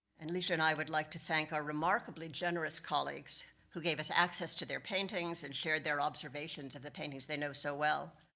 and lisha and i would like to thank our remarkably generous colleagues, who gave us access to their paintings, and shared their observations of the paintings they know so well.